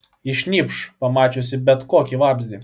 ji šnypš pamačiusi bet kokį vabzdį